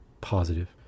positive